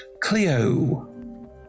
Cleo